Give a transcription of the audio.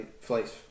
flights